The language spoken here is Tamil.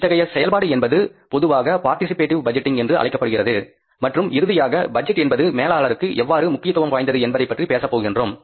இத்தகைய ஈடுபாடு என்பது பொதுவாக பார்ட்டிசிபேடிவ் பட்ஜெட்டிங் என்று அழைக்கப்படுகிறது மற்றும் இறுதியாக பட்ஜெட் என்பது மேலாளருக்கு எவ்வாறு முக்கியத்துவம் வாய்ந்தது என்பதை பற்றி பேசப்போகிறோம்